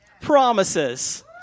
promises